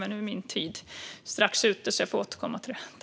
Nu är min talartid strax ute, så jag får återkomma till det.